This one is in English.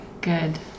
Good